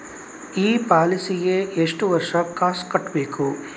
ಈ ಪಾಲಿಸಿಗೆ ಎಷ್ಟು ವರ್ಷ ಕಾಸ್ ಕಟ್ಟಬೇಕು?